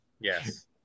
Yes